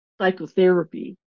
psychotherapy